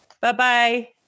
Bye-bye